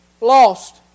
Lost